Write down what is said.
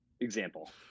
example